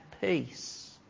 peace